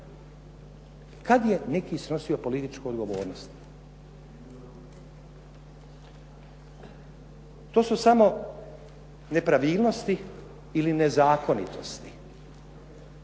Kada je neki snosio političku odgovornost? To su samo nepravilnosti ili nezakonitosti.